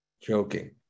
Joking